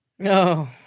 No